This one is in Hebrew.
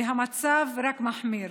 והמצב רק מחמיר.